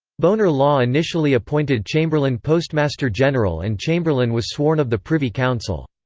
bonar law initially appointed chamberlain postmaster general and chamberlain was sworn of the privy council.